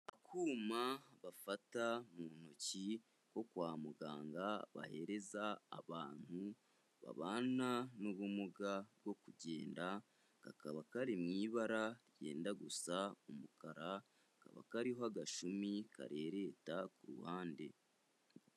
Akuma bafata mu ntoki ko kwa muganga bahereza abantu babana n'ubumuga bwo kugenda, kakaba kari mu ibara ryenda gusa umukara, kakaba kariho agashumi karereta ku ruhande.